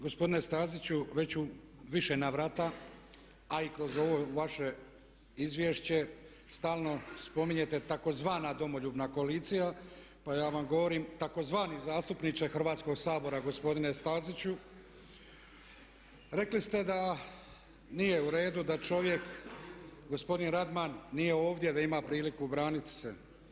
Gospodine Staziću već u više navrata, a i kroz ovo vaše izvješće, stalno spominjete tzv. Domoljubna koalicija, pa ja vam govorim tzv. zastupniče Hrvatskog sabora gospodine Staziću rekli ste da nije u redu da čovjek gospodin Radman nije ovdje da ima priliku braniti se.